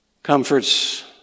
comforts